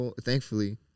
thankfully